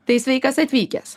tai sveikas atvykęs